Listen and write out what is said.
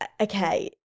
okay